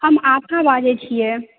हम आस्था बाजै छिए